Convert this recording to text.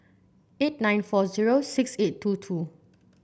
eight nine four zero six eight two two